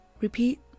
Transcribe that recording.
Repeat